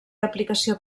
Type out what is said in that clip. aplicació